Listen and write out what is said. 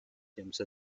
james